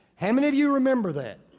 how many of you remember that?